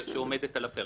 שעומדת על הפרק.